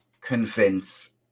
convince